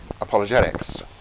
apologetics